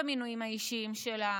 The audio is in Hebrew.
במינויים האישיים שלה,